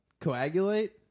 Coagulate